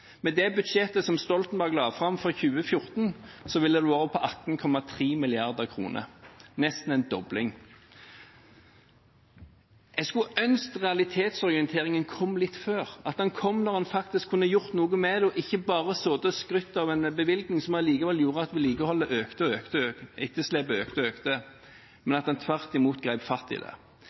Med det budsjettet som Stoltenberg-regjeringen la fram for 2014, ville det ha vært på 18,3 mrd. kr – nesten en dobling. Jeg skulle ønske realitetsorienteringen kom litt før, at den kom da en faktisk kunne gjort noe med det – at en ikke bare satt og skrøt av en bevilgning som allikevel gjorde at vedlikeholdsetterslepet økte og økte, men tvert imot grep fatt i det.